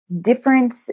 different